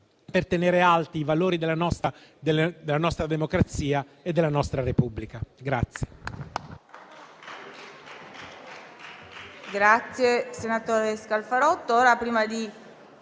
per tenere alti i valori della nostra democrazia e della nostra Repubblica.